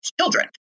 children